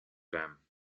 raam